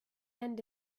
end